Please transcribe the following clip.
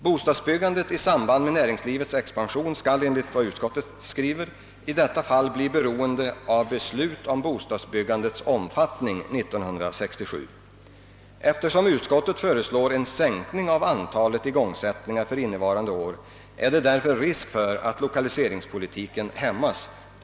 Bostadsbyggandet i samband med näringslivets expansion skall enligt vad utskottet skriver i detta fall bli beroende av beslut om bostadsbyggandets omfattning 1967. Eftersom utskottet föreslår en sänkning av antalet igångsättningar för innevarande år, föreligger risk för att lokaliseringspolitiken hämmas.